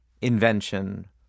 invention